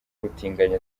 ubutinganyi